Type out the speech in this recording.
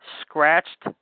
scratched